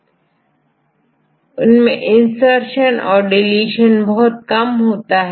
यदि किसी जीव के अलग अलग सीक्वेंस सेट देखे जाएं तो आप इसमें म्यूटेशन की फ्रीक्वेंसी ज्यादा देखेंगे